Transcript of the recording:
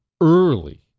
early